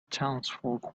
townsfolk